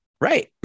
Right